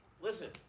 Listen